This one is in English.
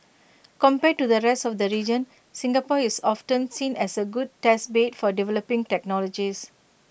compared to the rest of the region Singapore is often seen as A good test bed for developing technologies